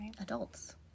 adults